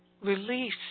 release